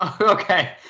Okay